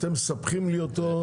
אתם מסבכים לי אותו.